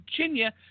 Virginia